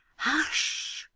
hush!